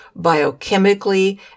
biochemically